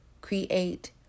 create